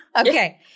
Okay